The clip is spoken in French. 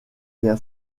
bien